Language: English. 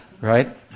Right